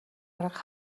арга